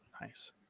Nice